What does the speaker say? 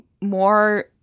more